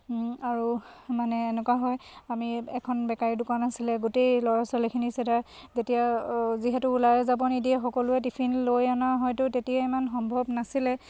আৰু মানে এনেকুৱা হয় আমি এখন বেকাৰী দোকান আছিলে গোটেই ল'ৰা ছোৱালীখিনি চাই যেতিয়া যিহেতু ওলাই যাব নিদিয়ে সকলোৱে টিফিন লৈ অনা হয়তো তেতিয়াই ইমান সম্ভৱ নাছিলে